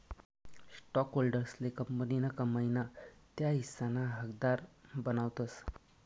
स्टॉकहोल्डर्सले कंपनीना कमाई ना त्या हिस्साना हकदार बनावतस